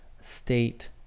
state